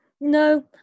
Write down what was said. No